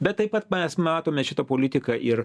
bet taip pat mes matome šitą politiką ir